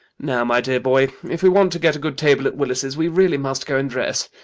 now, my dear boy, if we want to get a good table at willis's, we really must go and dress.